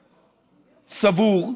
סבור,